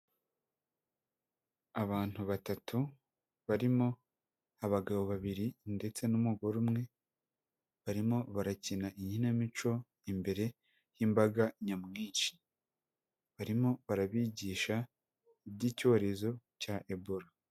Abantu batatu barimo abagabo babiri ndetse n'umugore umwe barimo barakina inkinamico imbere y'imbaga nyamwinshi, barimo barabigisha iby'icyorezo cya ebola.